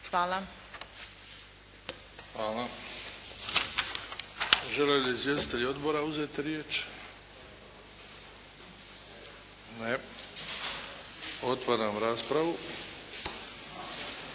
(HDZ)** Hvala. Žele li izvjestitelji odbora uzeti riječ? Ne. Otvaram raspravu.